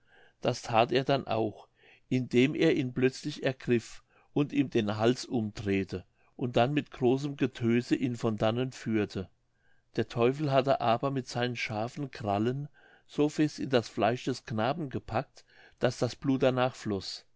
das that er denn auch indem er ihn plötzlich ergriff und ihm den hals umdrehete und dann mit großem getöse ihn von dannen führte der teufel hatte dabei mit seinen scharfen krallen so fest in das fleisch des knaben gepackt daß das blut danach floß